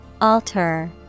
alter